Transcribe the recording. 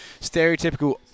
stereotypical